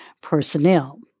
personnel